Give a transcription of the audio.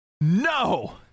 No